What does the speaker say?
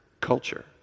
culture